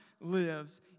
lives